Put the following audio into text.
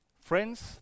Friends